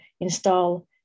install